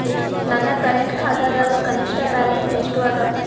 ನನ್ನ ಕರೆಂಟ್ ಖಾತಾದಾಗ ಕನಿಷ್ಠ ಬ್ಯಾಲೆನ್ಸ್ ಎಷ್ಟು ಅದ